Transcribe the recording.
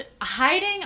hiding